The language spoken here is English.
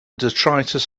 detritus